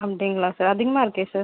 அப்படிங்களா சார் அதிகமாக இருக்கே சார்